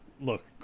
look